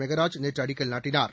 மெகராஜ் நேற்று அடிக்கல் நாட்டினார்